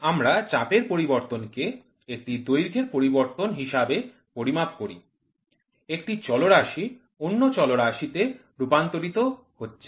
আমরা চাপের পরিবর্তনকে একটি দৈর্ঘ্যের পরিবর্তন হিসাবে পরিমাপ করি একটি চলরাশি অন্য চলরাশিতে রূপান্তরিত হচ্ছে